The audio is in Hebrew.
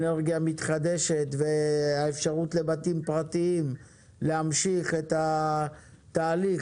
האנרגיה המתחדשת והאפשרות לבתים פרטיים להמשיך את התהליך.